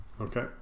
Okay